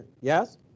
yes